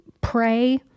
pray